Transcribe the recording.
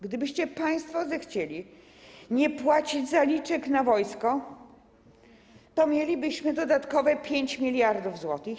Gdybyście państwo zechcieli nie płacić zaliczek na wojsko, to mielibyśmy dodatkowe 5 mld zł.